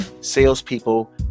salespeople